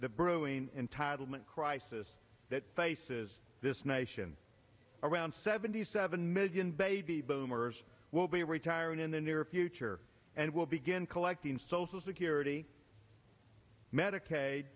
the brewing entitlement crisis that faces this nation around seventy seven million baby boomers will be retiring in the near future and will begin collecting social security medicaid